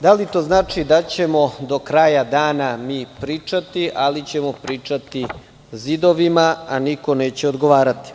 Da li to znači da ćemo do kraja dana mi pričati, ali ćemo pričati zidovima a niko neće odgovarati?